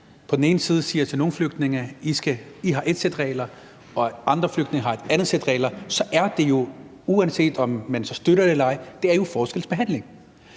på den ene side siger til nogle flygtninge, at de har ét sæt regler, og man på den anden side siger til andre flygtninge, at de har et andet sæt regler, så er det jo, uanset om man støtter det eller ej, forskelsbehandling.